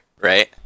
right